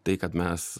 tai kad mes